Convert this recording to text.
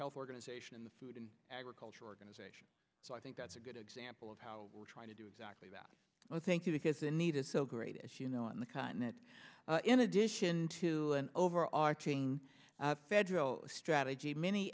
health organization and the food and agriculture organization so i think that's a good example of how we're trying to do exactly that i thank you because the need is so great as you know on the continent in addition to an overarching federal strategy many